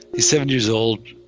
he's seven years old,